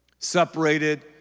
separated